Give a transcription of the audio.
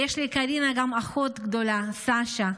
ויש לקרינה גם אחות גדולה, סשה.